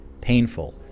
painful